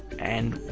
and